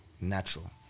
natural